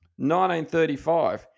1935